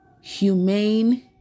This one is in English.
humane